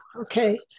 okay